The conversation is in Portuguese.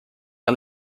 ela